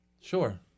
Sure